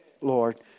Lord